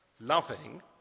loving